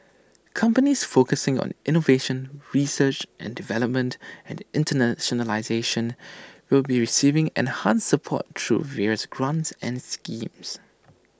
companies focusing on innovation research and development and internationalisation will be receiving enhanced support through various grants and schemes